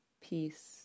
peace